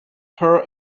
her